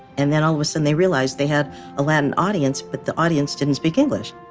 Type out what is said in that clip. and then all of a sudden they realized they had a latin audience, but the audience didn't speak english.